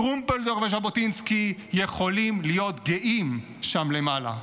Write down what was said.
טרומפלדור וז'בוטינסקי יכולים להיות גאים שם למעלה.